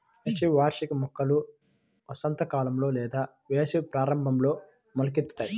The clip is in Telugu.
వేసవి వార్షిక మొక్కలు వసంతకాలంలో లేదా వేసవి ప్రారంభంలో మొలకెత్తుతాయి